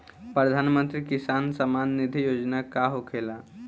प्रधानमंत्री किसान सम्मान निधि योजना का होखेला?